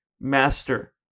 master